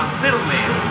middleman